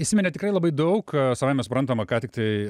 įsiminė tikrai labai daug savaime suprantama ką tik tai